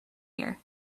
year